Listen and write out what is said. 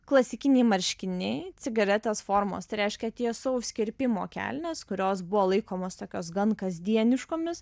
klasikiniai marškiniai cigaretės formos tai reiškia tiesaus kirpimo kelnės kurios buvo laikomos tokios gan kasdieniškomis